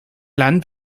land